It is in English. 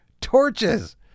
torches